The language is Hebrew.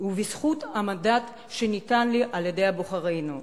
ובזכות המנדט שניתן לי על-ידי בוחרינו: